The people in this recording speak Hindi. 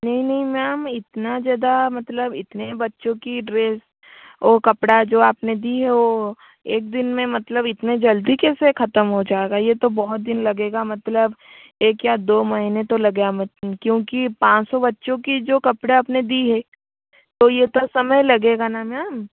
नहीं नहीं मैम इतना ज़्यादा मतलब इतने बच्चों की ड्रेस ओ कपड़ा जो आपने दी है ओ एक दिन में मतलब इतने जल्दी कैसे खत्म हो जाएगा ये तो बहुत दिन लगेगा मतलब एक या दो महीने तो लगेगा म क्यूोंकि पांच सौ बच्चों की जो कपड़ा आपने दी है तो ये तो समय लगेगा ना मैम